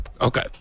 Okay